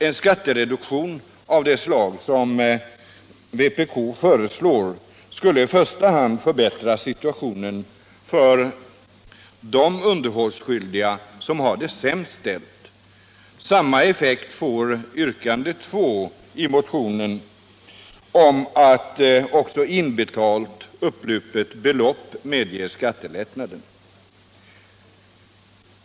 En skattereduktion av det slag som vpk föreslår skulle i första hand förbättra situationen för de underhållsskyldiga som har det sämst ställt. Samma effekt får också yrkande 2 i motion 676 om att också inbetalt upplupet belopp medger skattelättnad.